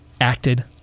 acted